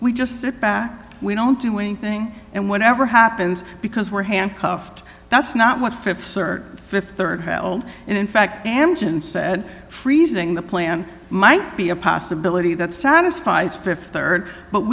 we just sit back we don't do anything and whatever happens because we're handcuffed that's not what th cert th rd held in fact damage and said freezing the plan might be a possibility that satisfies th rd but